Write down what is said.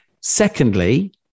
Secondly